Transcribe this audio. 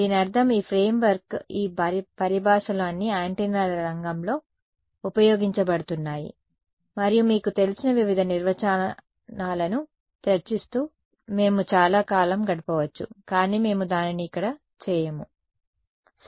దీనర్థం ఈ ఫ్రేమ్వర్క్ ఈ పరిభాషలు అన్నీ యాంటెన్నాల రంగంలో ఉపయోగించబడుతున్నాయి మరియు మీకు తెలిసిన వివిధ నిర్వచనాలను చర్చిస్తూ మేము చాలా కాలం గడపవచ్చు కానీ మేము దానిని ఇక్కడ చేయము సరే